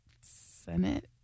Senate